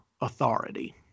authority